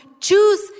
choose